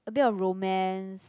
a bit of romance